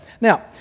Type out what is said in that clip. Now